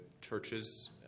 churches